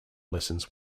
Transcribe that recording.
lessons